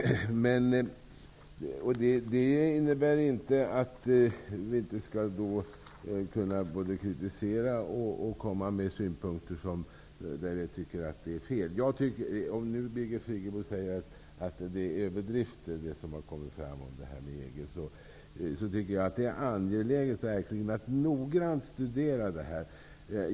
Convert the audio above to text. Det innebär inte att vi varken skall kunna kritisera eller komma med synpunkter, om vi tycker något är fel. Även om nu Birgit Friggebo säger att det som kommit fram om förhållandena i EG är överdrifter, tycker jag att det är angeläget att verkligen noggrant studera det här.